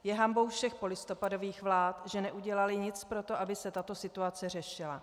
Je hanbou všech polistopadových vlád, že neudělaly nic pro to, aby se tato situace řešila.